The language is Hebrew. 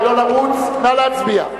נא להצביע.